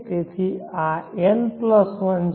તેથી આ n 1 છે